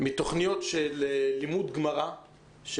מתוכניות של לימוד גמרא.